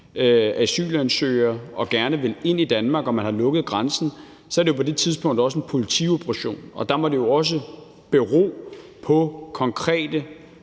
asylansøgere, som gerne vil ind i Danmark, og man har lukket grænsen, så er det på det tidspunkt også en politioperation, og der må det jo bero på konkrete